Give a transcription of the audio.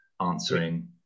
answering